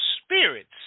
spirits